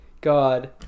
god